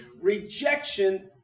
Rejection